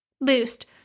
boost